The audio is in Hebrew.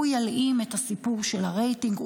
הוא ילאים את הסיפור של הרייטינג.